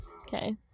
Okay